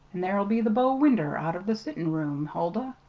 an' there'll be the bow-winder out of the settin' room, huldah!